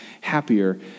happier